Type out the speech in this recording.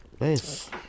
Nice